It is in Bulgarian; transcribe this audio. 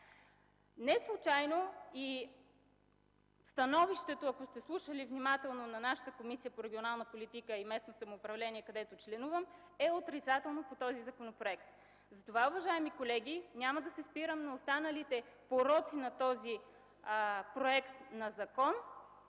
Неслучайно и становището, ако сте слушали внимателно, на Комисията по регионална политика и местно самоуправление, където членувам, е отрицателно по този законопроект. Затова, уважаеми колеги, няма да се спирам на останалите пороци на този проект на закон.